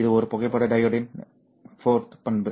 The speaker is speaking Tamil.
இது ஒரு புகைப்பட டையோட்டின் IV பண்பு